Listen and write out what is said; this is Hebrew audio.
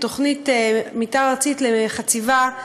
בתוכנית מתאר ארצית לחציבה,